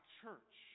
church